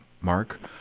Mark